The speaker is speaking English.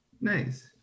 Nice